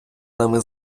нами